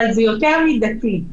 אבל זה יותר מידתי.